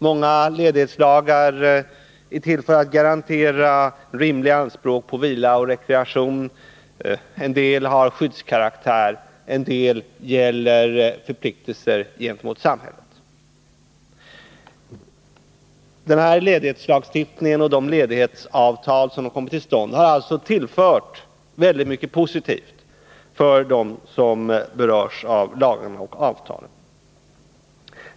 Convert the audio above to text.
Många ledighetslagar är till för att garantera rimliga anspråk på vila och rekreation, en del har skyddskaraktär och andra gäller förpliktelser gentemot samhället. Ledighetslagstiftningen och de ledighetsavtal som kommit till stånd har alltså tillfört mycket positivt för dem som berörs av lagarna och avtalen.